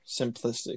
simplistic